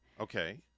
Okay